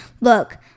Look